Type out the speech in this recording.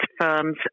firms